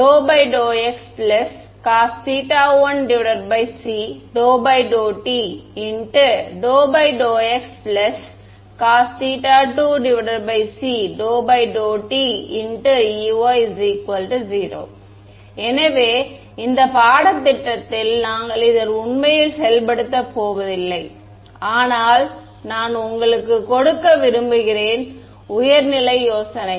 ∂∂x cos θ1c∂∂t∂∂x cos θ2c∂∂tEy 0 எனவே இந்த பாடத்திட்டத்தில் நாங்கள் இதை உண்மையில் செயல்படுத்தப் போவதில்லை ஆனால் நான் உங்களுக்கு கொடுக்க விரும்புகிறேன் உயர் நிலை யோசனை